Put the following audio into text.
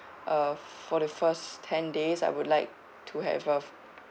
uh for the first ten days I would like to have a